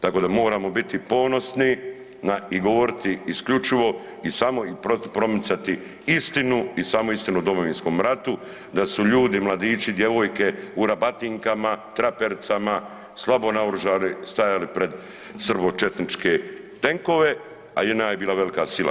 Tako da moramo biti ponosni i govoriti isključivo i samo i promicati istinu i samo istinu o Domovinskom ratu, da su ljudi, mladići i djevojke u rabatinkama, trapericama, slabo naoružani stajali pred srbo četničke tenkove, a JNA je bila velika sila.